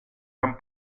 han